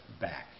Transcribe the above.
back